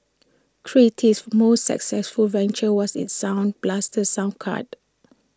creative's most successful venture was its sound blaster sound card